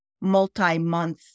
multi-month